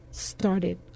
Started